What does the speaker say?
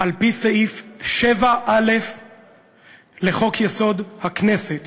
על-פי סעיף 7א לחוק-יסוד: הכנסת